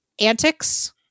antics